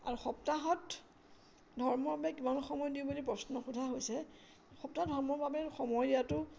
আৰু সপ্তাহত ধৰ্মৰ বাবে কিমান সময় দিওঁ বুলি প্ৰশ্ন সোধা হৈছে সপ্তাহ ধৰ্মৰ বাবে সময় দিয়াতো